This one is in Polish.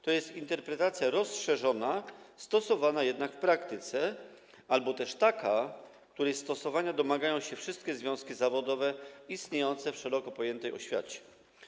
To jest interpretacja rozszerzona, stosowana jednak w praktyce, albo też taka, której stosowania domagają się wszystkie związki zawodowe istniejące w szeroko pojętej oświacie.